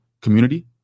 community